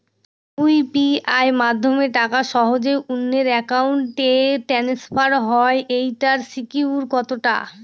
UPI মাধ্যমে টাকা সহজেই অন্যের অ্যাকাউন্ট ই ট্রান্সফার হয় এইটার সিকিউর কত টা?